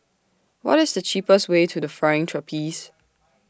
What IS The cheapest Way to The Flying Trapeze